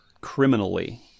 criminally